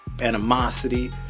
animosity